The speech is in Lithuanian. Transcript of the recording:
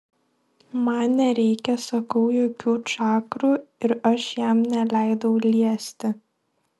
man nereikia sakau jokių čakrų ir aš jam neleidau liesti